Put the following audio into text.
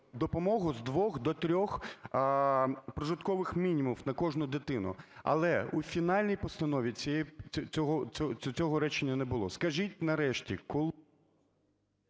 допомогу з 2 до 3 прожиткових мінімумів на кожну дитину. Але у фінальній постанові цього речення не було. Скажіть нарешті…